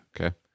Okay